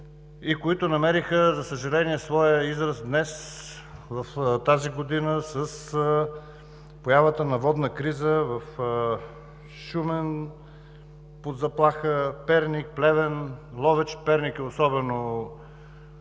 и които намериха, за съжаление, своя израз днес, тази година, с появата на водна криза в Шумен – под заплаха, Перник, Плевен, Ловеч. Перник е особено